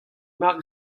mar